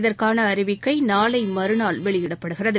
இதற்கானஅறிவிக்கைநாளைமறுநாள் வெளியிடப்படுகிறது